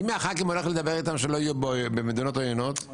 מי מחברי הכנסת הולך לדבר איתם שלא יהיו במדינות עוינות?